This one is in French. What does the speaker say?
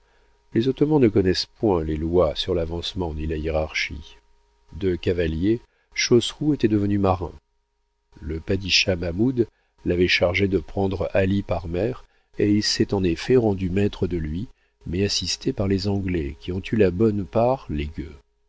les ottomans ne connaissent point les lois sur l'avancement ni la hiérarchie de cavalier chosrew était devenu marin le padischah mahmoud l'avait chargé de prendre ali par mer et il s'est en effet rendu maître de lui mais assisté par les anglais qui ont eu la bonne part les